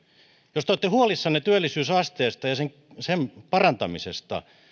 jos te olette huolissanne työllisyysasteesta ja sen sen parantamisesta